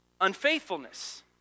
unfaithfulness